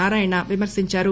నారాయణ విమర్శించారు